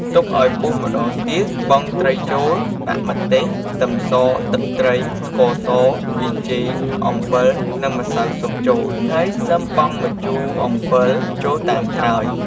ទុកអោយពុះម្ដងទៀតបង់ត្រីចូល ដាក់ម្ទេស ខ្ទឹមស ទឹកត្រី ស្ករស ប៊ីចេង អំបិល និងម្សៅស៊ុបចូល ហើយសឹមបង់ម្ជូរអម្ពិលចូលតាមក្រោយ។